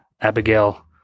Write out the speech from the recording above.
Abigail